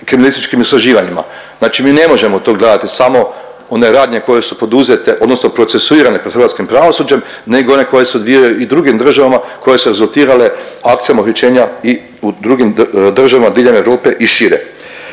kriminalističkim istraživanjima. Znači mi ne možemo to gledati samo one radnje koje su poduzete odnosno procesuirane pred hrvatskim pravosuđem nego i one koje se odvijaju i drugim državama koje su rezultirale akcijom uhićenja i u drugim državama diljem Europe i šire.